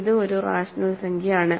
ഇത് ഒരു റാഷണൽ സംഖ്യയാണ്